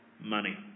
money